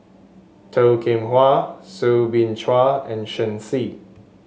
Toh Kim Hwa Soo Bin Chua and Shen Xi